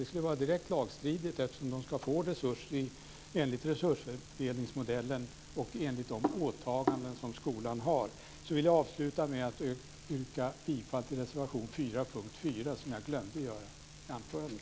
Det skulle vara direkt lagstridigt eftersom man ska få resurser enligt resursdelningsmodellen och enligt de åtaganden som skolan har. Jag yrkar avslutningsvis bifall till reservation 4 under punkten 4, vilket jag glömde att göra i mitt anförande.